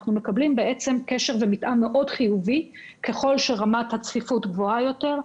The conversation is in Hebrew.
אנחנו מקבלים בעצם קשר ומתאם מאוד חיובי: ככל שרמת הצפיפות גבוהה יותר,